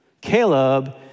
Caleb